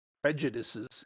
prejudices